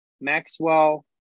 Maxwell